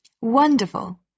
Wonderful